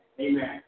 amen